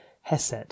hesed